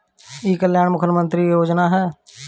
ई कल्याण मुख्य्मंत्री योजना का है?